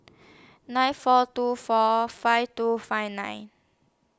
nine four two four five two five nine